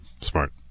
Smart